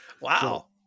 Wow